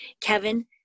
Kevin